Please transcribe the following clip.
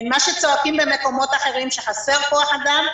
בין מה שצועקים במקומות אחרים שחסר כוח אדם,